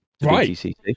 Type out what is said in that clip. Right